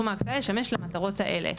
שסכום ההקצאה ישמש למטרות האלה.